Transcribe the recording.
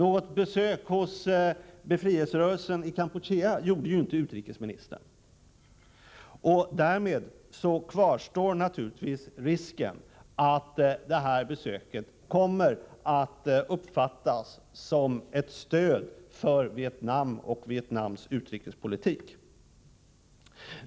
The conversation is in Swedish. Utrikesministern gjorde ju inte något besök hos befrielserörelsen i Kampuchea. Därmed kvarstår naturligtvis risken för att detta besök kommer att uppfattas som ett stöd för Vietnam och Vietnams utrikespolitik.